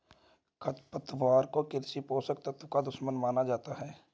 खरपतवार को कृषि पोषक तत्वों का दुश्मन माना जाता है